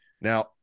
Now